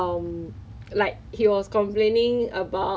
okay a bit mixed ah ambivert 是吗